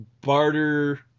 barter